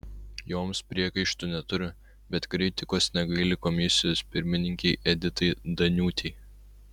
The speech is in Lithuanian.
joms priekaištų neturi bet kritikos negaili komisijos pirmininkei editai daniūtei